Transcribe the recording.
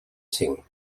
cinc